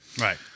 Right